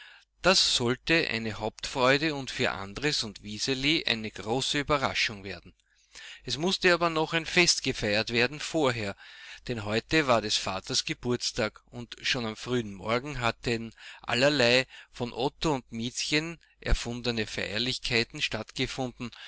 das sollte eine hauptfreude und für andres und wiseli eine große überraschung werden es mußte aber noch ein fest gefeiert werden vorher denn heute war des vaters geburtstag und schon am frühen morgen hatten allerlei von otto und miezchen erfundene feierlichkeiten stattgefunden